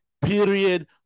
period